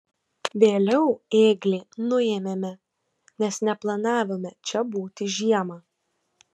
vėliau ėglį nuėmėme nes neplanavome čia būti žiemą